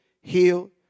heal